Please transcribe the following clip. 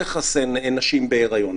עם נשים בהריון?